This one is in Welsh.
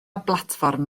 blatfform